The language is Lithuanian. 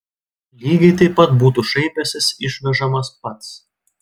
lygiai taip pat būtų šaipęsis išvežamas pats